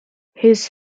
his